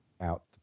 Out